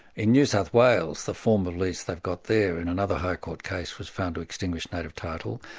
in new south wales, the form of lease they've got there in another high court case, was found to extinguish native title,